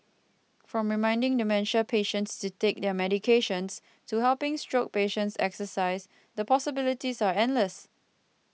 from reminding dementia patients to take their medications to helping stroke patients exercise the possibilities are endless